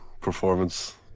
performance